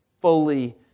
fully